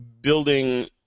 building